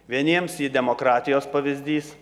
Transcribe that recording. vieniems ji demokratijos pavyzdys